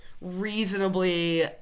reasonably